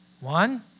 One